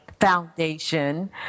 foundation